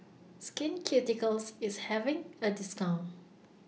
Skin Ceuticals IS having A discount